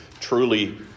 truly